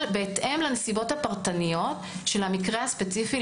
בהתאם לנסיבות הפרטניות של המקרה הספציפי,